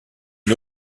une